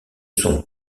sont